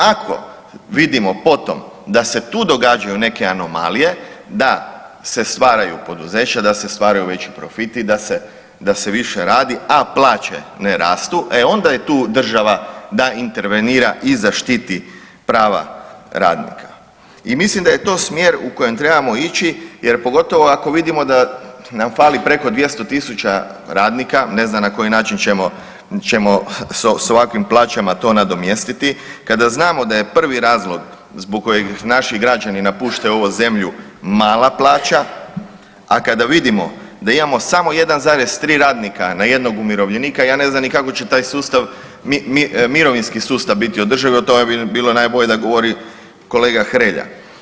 Ako vidimo potom da se tu događaju neke anomalije, da se stvaraju poduzeća, da se stvaraju veći profiti, da se više radi, a plaće ne rastu, e onda je tu država da intervenira i zaštiti prava radnika i mislim da je to smjer u kojem trebamo ići, jer pogotovo ako vidimo da nam fali preko 200 tisuća radnika, ne znam na koji način ćemo s ovakvim plaćama to nadomjestiti, kada znamo da je prvi razlog zbog kojeg naši građani napuštaju ovu zemlju mala plaća, a kada vidimo da imamo samo 1,3 radnika na jednog umirovljenika, ja ne znam ni kako će taj sustav, mirovinski sustav biti održiv, to bi bilo najbolje da govori kolega Hrelja.